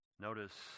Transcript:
Notice